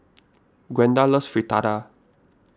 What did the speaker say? Gwenda loves Fritada